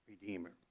redeemer